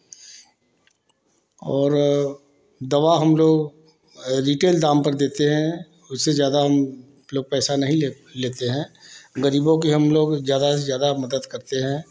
और दवा हम लोग रिटेल दाम पर देते हैं उससे ज्यादा हम लोग पैसा नहीं ले लेते हैं गरीबों की हम लोग ज़्यादा से ज़्यादा मदद करते हैं